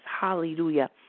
hallelujah